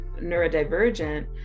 neurodivergent